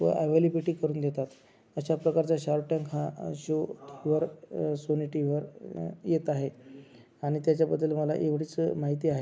व ॲवेलेबीटी करून देतात अशा प्रकारचा शार्क टँक हा शोवर सोनी टीव्हीवर येत आहे आणि त्याच्याबद्दल मला एवढीच माहिती आहे